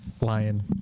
lion